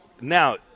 Now